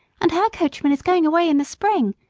and her coachman is going away in the spring,